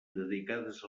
dedicades